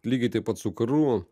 lygiai taip pat su karu